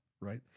right